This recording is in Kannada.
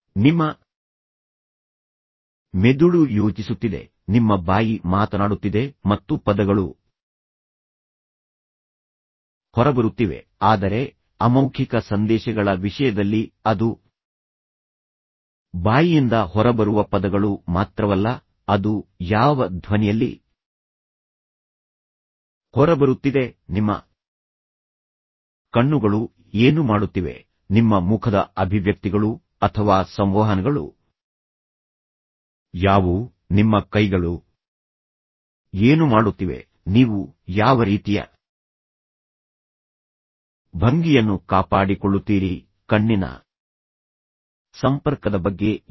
ನಿಮ್ಮ ಮೆದುಳು ಯೋಚಿಸುತ್ತಿದೆ ನಿಮ್ಮ ಬಾಯಿ ಮಾತನಾಡುತ್ತಿದೆ ಮತ್ತು ಪದಗಳು ಹೊರಬರುತ್ತಿವೆ ಆದರೆ ಅಮೌಖಿಕ ಸಂದೇಶಗಳ ವಿಷಯದಲ್ಲಿ ಅದು ಬಾಯಿಯಿಂದ ಹೊರಬರುವ ಪದಗಳು ಮಾತ್ರವಲ್ಲ ಅದು ಯಾವ ಧ್ವನಿಯಲ್ಲಿ ಹೊರಬರುತ್ತಿದೆ ನಿಮ್ಮ ಕಣ್ಣುಗಳು ಏನು ಮಾಡುತ್ತಿವೆ ನಿಮ್ಮ ಮುಖದ ಅಭಿವ್ಯಕ್ತಿಗಳು ಅಥವಾ ಸಂವಹನಗಳು ಯಾವುವು ನಿಮ್ಮ ಕೈಗಳು ಏನು ಮಾಡುತ್ತಿವೆ ನೀವು ಯಾವ ರೀತಿಯ ಭಂಗಿಯನ್ನು ಕಾಪಾಡಿಕೊಳ್ಳುತ್ತೀರಿ ಕಣ್ಣಿನ ಸಂಪರ್ಕದ ಬಗ್ಗೆ ಏನು